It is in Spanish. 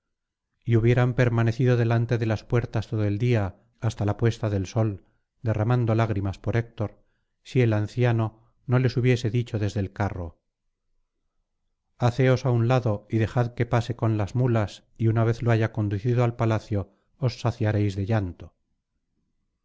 y hubieran permanecido delante de las puertas todo el día hasta la puesta del sol derramando lágrimas por héctor si el anciano no les hubiese dicho desde el carro haceos á un lado y dejad que pase con las muías y una vez lo haya conducido al palacio os saciaréis de llanto